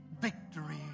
victory